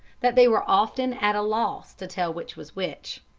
that they were often at a loss to tell which was which.